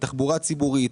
בתחבורה ציבורית,